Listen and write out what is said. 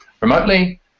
remotely